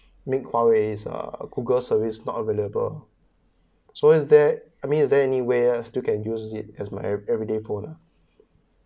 made huawei's uh google service not available so is there I mean is there anywhere else still can use it as my everyday phone